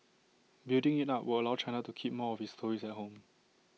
building IT up would allow China to keep more of its tourists at home